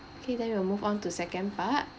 okay then we'll move on to second part